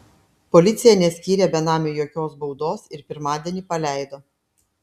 policija neskyrė benamiui jokios baudos ir pirmadienį paleido